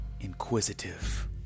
inquisitive